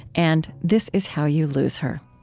and this is how you lose her